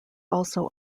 also